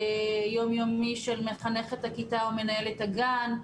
יום-יומי של מחנכת הכיתה או מנהלת הגן.